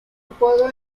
apodo